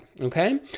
okay